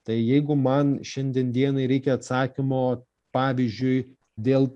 tai jeigu man šiandien dienai reikia atsakymo pavyzdžiui dėl